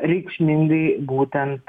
reikšmingai būtent